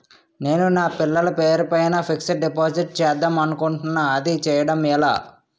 నేను నా పిల్లల పేరు పైన ఫిక్సడ్ డిపాజిట్ చేద్దాం అనుకుంటున్నా అది చేయడం ఎలా?